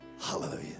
Hallelujah